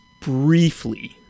briefly